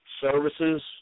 services